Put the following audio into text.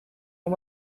and